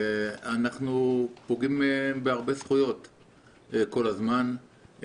אנחנו פוגעים בהרבה זכויות כל הזמן.